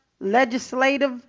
legislative